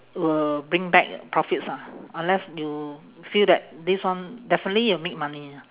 will bring back profits ah unless you feel that this one definitely will make money